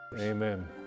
Amen